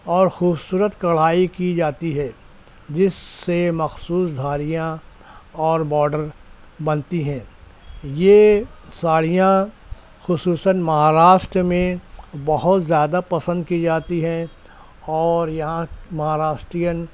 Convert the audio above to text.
اور خوبصورت کڑھائی کی جاتی ہے جس سے مخصوص دھاریاں اور باڈر بنتی ہیں یہ ساڑیاں خصوصاً مہاراشٹر میں بہت زیادہ پسند کی جاتی ہیں اور یہاں مہاراسٹیئن